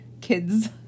kids